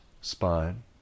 spine